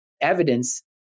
evidence